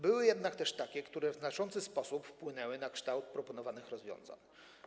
Były jednak też takie, które w znaczący sposób wpłynęły na kształt proponowanych rozwiązań.